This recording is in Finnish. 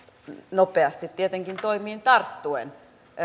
nopeasti toimeen tarttuen